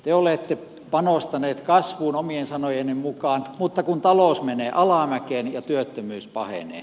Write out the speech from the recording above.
te olette panostaneet kasvuun omien sanojenne mukaan mutta talous menee alamäkeen ja työttömyys pahenee